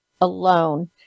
alone